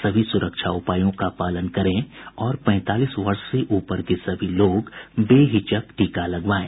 सभी सुरक्षा उपायों का पालन करें और पैंतालीस वर्ष से ऊपर के सभी लोग बेहिचक टीका लगवाएं